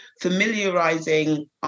familiarizing